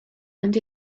and